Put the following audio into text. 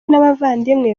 n’abavandimwe